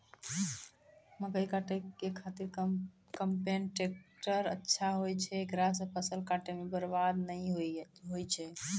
मकई काटै के खातिर कम्पेन टेकटर अच्छा होय छै ऐकरा से फसल काटै मे बरवाद नैय होय छै?